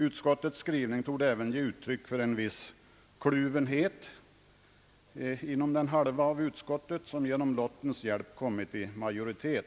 Utskottets skrivning torde även ge uttryck för en viss kluvenhet inom den hälft av utskottet som med lottens hjälp blivit majoritet.